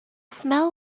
smell